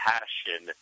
Passion